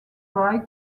dry